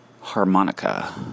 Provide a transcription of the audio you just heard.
harmonica